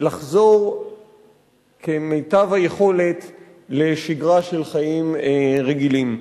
לחזור כמיטב היכולת לשגרה של חיים רגילים.